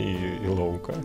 į į lauką